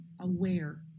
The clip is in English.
aware